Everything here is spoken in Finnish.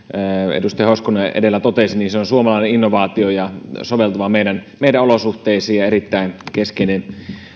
edustaja hoskonen edellä totesi se on suomalainen innovaatio ja soveltuva meidän meidän olosuhteisiin ja erittäin keskeinen